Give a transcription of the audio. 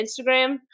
Instagram